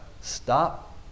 stop